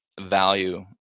value